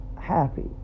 happy